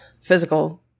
physical